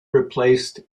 replaced